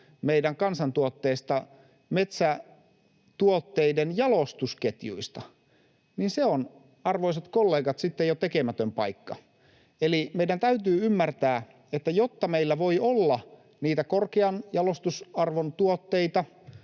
meidän kansantuotteesta metsätuotteiden jalostusketjuista, niin se on, arvoisat kollegat, sitten jo tekemätön paikka. Eli meidän täytyy ymmärtää, että jotta meillä voi olla niitä korkean jalostusarvon tuotteita,